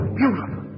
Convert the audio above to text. beautiful